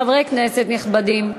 חברי כנסת נכבדים,